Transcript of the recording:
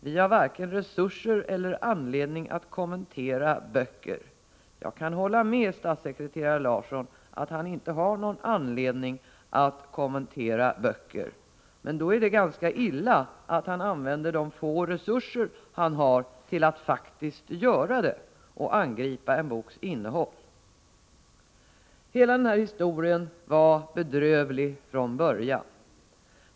”Vi har varken resurser eller anledning att kommentera böcker.” Jag kan hålla med statssekreterare Larsson om att han inte har någon anledning att kommentera böcker. Men då är det ganska illa att han använder de få resurser han har till att faktiskt göra det och angripa en boks innehåll. Hela den här historien var bedrövlig från början.